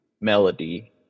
melody